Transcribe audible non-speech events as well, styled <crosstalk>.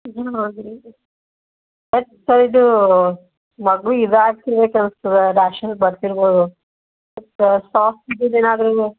<unintelligible> sir ಇದು ಮಗು <unintelligible> ಅನ್ಸ್ತದೆ ರ್ಯಾಶಸ್ ಬರ್ತಿರ್ಬೋದು ಸೋ ಸಾಫ್ಟಿದ್ದಿದ್ದು ಏನಾದರೂ